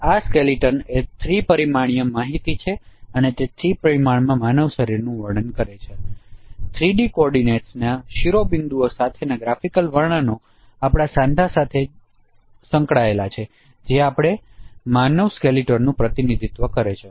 તેથી સ્કેલેટન એ 3 પરિમાણીય માહિતી છે 3 પરિમાણમાં માનવ શરીરનું વર્ણન કરે છે 3 D કોઓર્ડિનેટ શિરોબિંદુઓ સાથેના ગ્રાફિકલ વર્ણનો આપણાં સાંધા સાથે જોડાયેલા છે જે આપણા માનવ સ્કેલેટનનું પ્રતિનિધિત્વ કરે છે